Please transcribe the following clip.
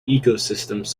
ecosystems